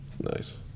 Nice